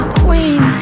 queen